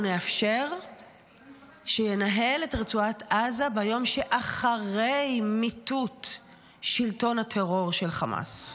או נאפשר שינהל את רצועת עזה ביום שאחרי מיטוט שלטון הטרור של חמאס.